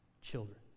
children